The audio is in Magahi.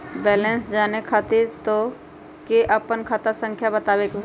बैलेंस जाने खातिर तोह के आपन खाता संख्या बतावे के होइ?